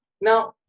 now